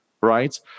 right